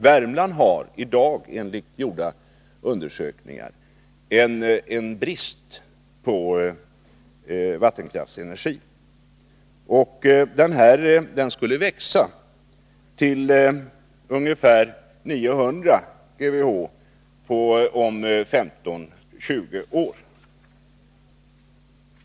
Värmland har i dag enligt gjorda undersökningar en brist på vattenkraftsenergi, och den bristen skulle växa till ungefär 900 GWh på 15-20 år.